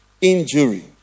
injury